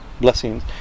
blessings